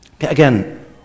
Again